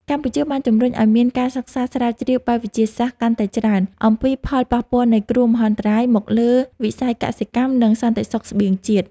កម្ពុជាបានជំរុញឱ្យមានការសិក្សាស្រាវជ្រាវបែបវិទ្យាសាស្ត្រកាន់តែច្រើន អំពីផលប៉ះពាល់នៃគ្រោះមហន្តរាយមកលើវិស័យកសិកម្ម និងសន្តិសុខស្បៀងជាតិ។